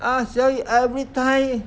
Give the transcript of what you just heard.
ah say every time